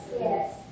yes